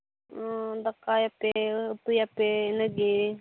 ᱚᱻ ᱫᱟᱠᱟᱭᱟᱯᱮ ᱩᱛᱩᱭᱟᱯᱮ ᱤᱱᱟᱹ ᱜᱮ